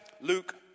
Luke